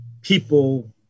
people